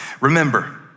Remember